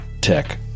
tech